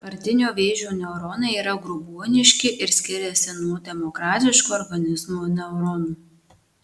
partinio vėžio neuronai yra grobuoniški ir skiriasi nuo demokratiško organizmo neuronų